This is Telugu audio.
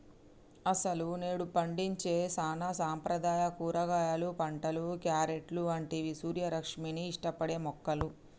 అసలు నేడు పండించే సానా సాంప్రదాయ కూరగాయలు పంటలు, క్యారెట్లు అంటివి సూర్యరశ్మిని ఇష్టపడే మొక్కలు